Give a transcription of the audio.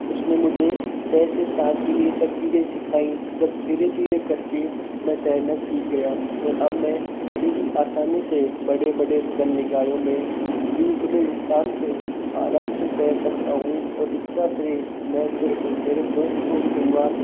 उसने मुझे छः से सात दिन ये सब चीज़ें सिखाई जब धीरे धीरे करके मैं तैरना सीख गया और अब मैं बड़े ही आसानी से बड़े बड़े जल निकायों में किसी भी खुले स्थान पर आराम से तैर सकता हूँ और इसका श्रेय मैं सिर्फ मेरे दोस्त को ही दूंगा